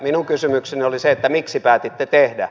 minun kysymykseni oli se miksi päätitte tehdä